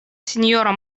sinjoro